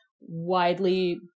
widely